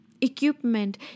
equipment